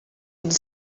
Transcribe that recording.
would